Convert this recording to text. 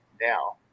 now